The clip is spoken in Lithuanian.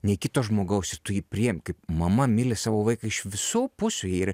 nei kito žmogaus ir tu jį priimti kaip mama myli savo vaiką iš visų pusių ji ir